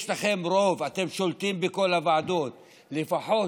יש לכם רוב, אתם שולטים בכל הוועדות, אז לפחות,